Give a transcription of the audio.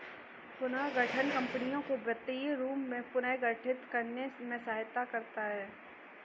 पुनर्गठन कंपनियों को वित्तीय रूप से पुनर्गठित करने में सहायता करता हैं